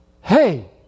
Hey